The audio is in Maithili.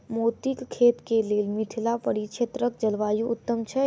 मोतीक खेती केँ लेल मिथिला परिक्षेत्रक जलवायु उत्तम छै?